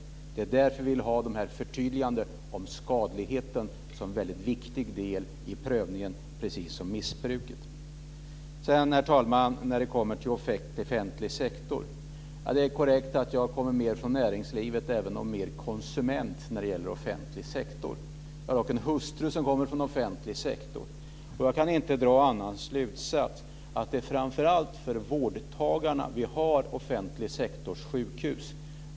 Det är därför som vi vill ha dessa förtydliganden om skadligheten som en mycket viktig del vid prövningen, precis som missbruket. Herr talman! När det gäller offentlig sektor är det korrekt att jag kommer från näringslivet, även om jag är konsument när det gäller offentlig sektor. Jag har dock en hustru som kommer från offentlig sektor. Och jag kan inte dra någon annan slutsats än att det är framför allt för vårdtagarna som vi har sjukhus i offentlig sektor.